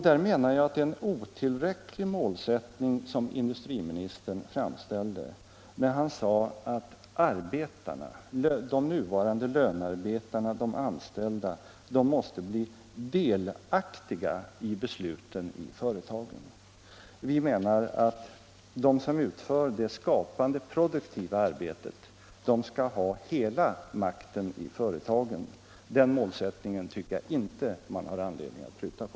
Jag menar att den målsättning som industriministern angav är en otillräcklig målsättning. Han sade att arbetarna — de nuvarande lönearbetarna, de anställda — måste bli delaktiga i besluten i företagen. Vi menar att de som utför det skapande, produktiva arbetet skall ha hela makten i företagen. Den målsättningen tycker jag inte man har anledning att pruta på.